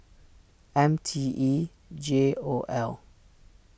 M T E J O L